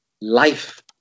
life